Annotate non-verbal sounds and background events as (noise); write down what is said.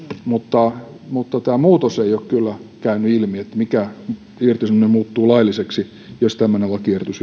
mutta tämä muutos ei ole kyllä käynyt ilmi että mikä irtisanominen muuttuu lailliseksi jos tämmöinen lakiehdotus (unintelligible)